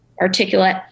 articulate